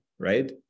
Right